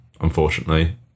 unfortunately